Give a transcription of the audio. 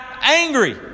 angry